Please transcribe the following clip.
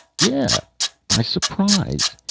yeah by surprise.